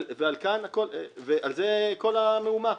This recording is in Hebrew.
על זה כל המהומה.